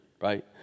right